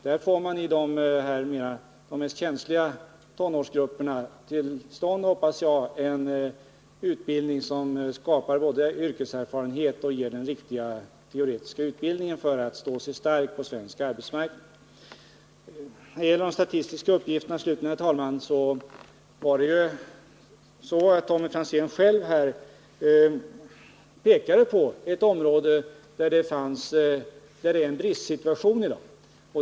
Där får man i de mest känsliga tonårsgrupperna till stånd, hoppas jag, en utbildning som både skapar yrkeserfarenhet och ger den riktiga teoretiska utbildningen för att man skall stå stark på svensk arbetsmarknad. När det gäller de statistiska uppgifterna slutligen, herr talman, så pekade ju Tommy Franzén själv på ett område där det är en bristsituation i dag.